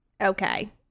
okay